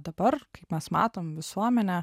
dabar kaip mes matom visuomenė